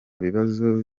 bibazo